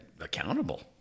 accountable